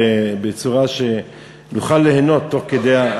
בצורה שנוכל ליהנות תוך כדי,